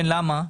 למה?